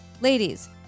ladies